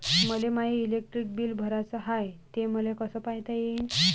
मले माय electric bill भराचं हाय, ते मले कस पायता येईन?